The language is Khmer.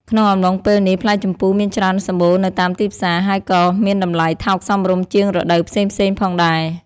ក្នុងអំឡុងពេលនេះ ផ្លែជម្ពូមានច្រើនសម្បូរនៅតាមទីផ្សារ ហើយក៏មានតម្លៃថោកសមរម្យជាងរដូវផ្សេងៗផងដែរ។